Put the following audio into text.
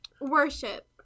worship